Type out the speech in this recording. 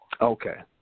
Okay